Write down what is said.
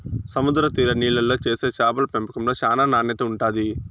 సముద్ర తీర నీళ్ళల్లో చేసే చేపల పెంపకంలో చానా నాణ్యత ఉంటాది